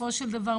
בסופו של דבר,